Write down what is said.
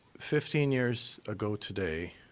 fifteen years ago today,